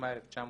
התשמ"א 1981,